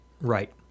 Right